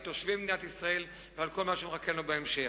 על תושבי מדינת ישראל ועל כל מה שמחכה לנו בהמשך.